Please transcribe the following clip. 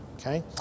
okay